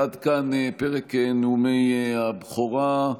עד כאן פרק נאומי הבכורה.